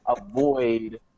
avoid